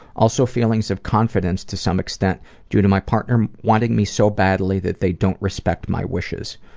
also feelings of confidence to some extent due to my partner wanting me so badly that they don't respect my wishes.